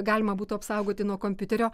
galima būtų apsaugoti nuo kompiuterio